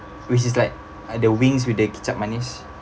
which is like uh the wings with the kicap manis